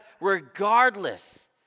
regardless